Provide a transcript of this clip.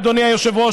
אדוני היושב-ראש,